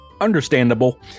Understandable